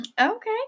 Okay